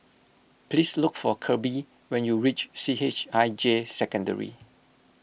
please look for Kirby when you reach C H I J Secondary